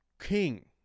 king